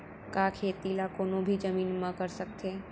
का खेती ला कोनो भी जमीन म कर सकथे?